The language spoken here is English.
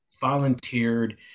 volunteered